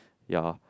ya